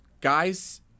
guys –